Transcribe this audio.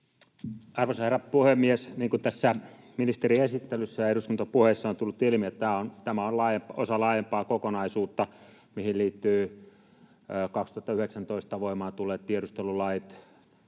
Arvoisa herra puhemies! Niin kuin tässä ministerin esittelyssä ja eduskuntapuheissa on tullut ilmi, tämä on osa laajempaa kokonaisuutta, mihin liittyvät 2019 voimaan tulleet tiedustelulait,